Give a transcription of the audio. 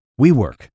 WeWork